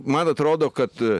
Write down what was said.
man atrodo kad